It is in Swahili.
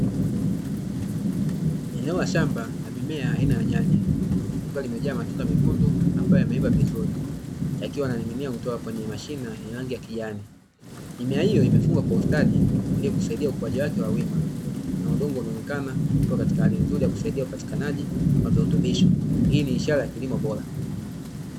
Eneo la shamba la mimea aina ya nyanya likiwa limejaa matunda mekundu ambao yameiva vizuri yakiwa yananing'inia kutoka katika mashina yenye rangi ya kijani. Mimea hiyo imefungwa kwa ustadi ilikusaidia ukuwaji wake wa wima na udongo unaonekana kuwa katika hali nzuri yakusaidia upatikanaji wa virutubisho hii ni ishara ya kilimo bora.